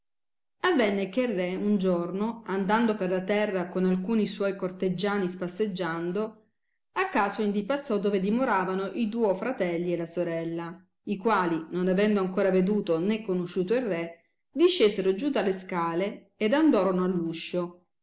avenne che il re un giorno andando per la terra con alcuni suoi corteggiani spasseggiando a caso indi passò dove dimoravano i duo fratelli e la sorella i quali non avendo ancora veduto né conosciuto il re discesero giù dalle scale ed andorono all uscio